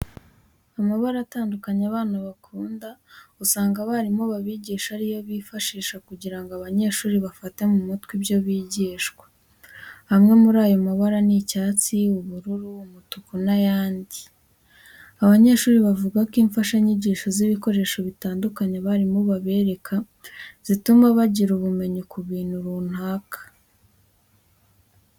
Amabara atandukanye abana bakunda usanga abarimu babigisha ari yo bifashisha kugira ngo abanyeshuri bafate mu mutwe ibyo bigishwa. Amwe muri ayo mabara ni icyatsi , ubururu, umutuku n'ayandi. Abanyeshuri bavuga ko imfashanyigisho z'ibikoresho bitandukanye abarimu babereka, zituma bagira ubumenyi ku bintu runaka.